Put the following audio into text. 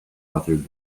authored